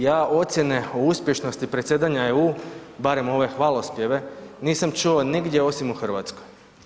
Ja ocjene o uspješnosti predsjedanja EU barem ove hvalospjeve nisam čuo nigdje osim u Hrvatskoj.